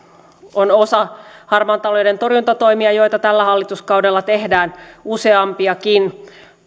on osa harmaan talouden torjuntatoimia joita tällä hallituskaudella tehdään useampiakin